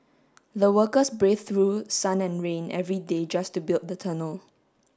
the workers braved through sun and rain every day just to build the tunnel